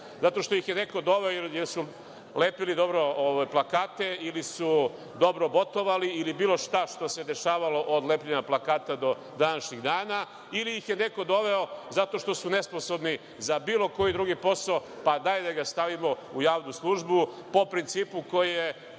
zato što ih je neko doveo jer su lepili dobro plakate ili dobro botovali ili bilo šta što se dešavalo od lepljenja plakata do današnjih dana ili ih je neko doveo zato što su nesposobni za bilo koji drugi posao, pa daj da ga stavimo u javnu službu, po principu koji je